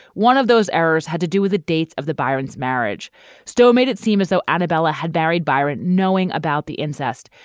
one of those errors had to do with the dates of the byron's marriage still made it seem as though anabella had buried byron knowing about the incest.